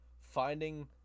finding